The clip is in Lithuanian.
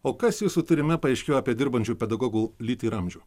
o kas jūsų tyrime paaiškėjo apie dirbančių pedagogų lytį ir amžių